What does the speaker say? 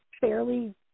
fairly –